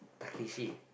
Takeshi